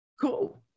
cool